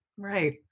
Right